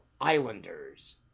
Islanders